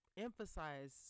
emphasize